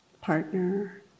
partner